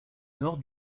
nord